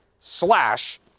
Slash